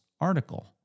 article